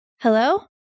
Hello